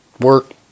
work